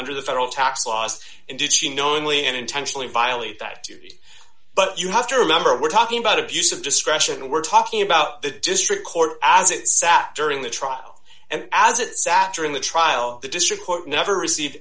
under the federal tax laws and did she knowingly and intentionally violate that duty but you have to remember we're talking about abuse of discretion we're talking about the district court as it sat during the trial and as it sattar in the trial the district court never received